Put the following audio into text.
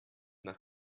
nach